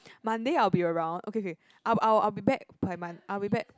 Monday I will be around okay okay I'll I will be back by Mon I will be back